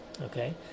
Okay